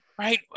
Right